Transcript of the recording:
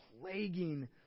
plaguing